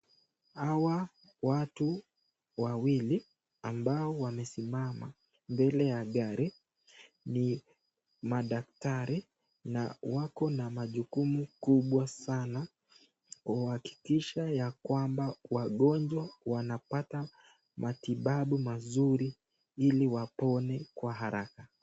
Hawa watu wawili ambao wamesimama mbele ya gari ni madaktari na wako na majukumu kubwa sana kuhakikisha ya kwamba wagonjwa wanapata matibabu mazuri ili wapone kwa haraka.